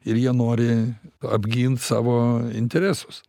ir jie nori apgint savo interesus